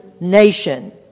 nation